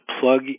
plug